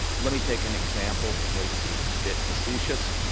let me take an example. it may seem a bit facetious,